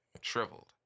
shriveled